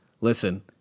listen